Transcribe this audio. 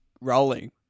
rolling